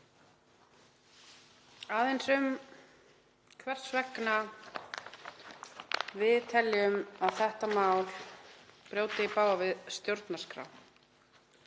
Aðeins um hvers vegna við teljum að þetta mál brjóti í bága við stjórnarskrá,